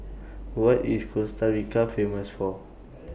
What IS Costa Rica Famous For